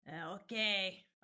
Okay